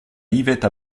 yvette